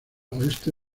oeste